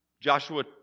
Joshua